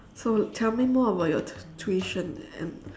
so tell me more about your tuition and